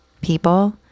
people